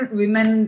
women